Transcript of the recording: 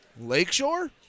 Lakeshore